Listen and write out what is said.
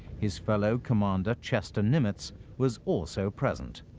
his fellow commander chester nimitz was also present.